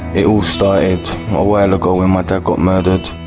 it all started a while ago when my dad got murdered.